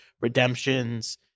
redemptions